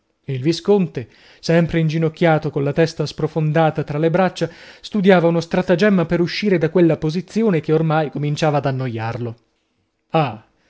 il visconte sempre inginocchiato colla testa sprofondata tra le braccia studiava uno stratagemma per uscire da quella posizione che oramai cominciava ad annoiarlo ah